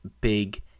big